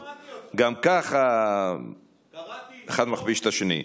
שמעתי אותו, גם ככה אחד מכפיש את השני.